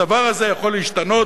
הדבר הזה יכול להשתנות